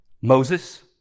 Moses